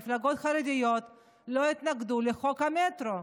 מפלגות חרדיות לא התנגדו לחוק המטרו.